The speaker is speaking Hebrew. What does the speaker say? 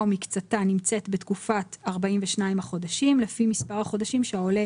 או מקצתה נמצאת בתקופת 42 חודשים לפי מספר החודשים שהעולה